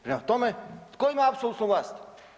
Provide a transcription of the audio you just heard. Prema tome, tko ima apsolutnu vlast?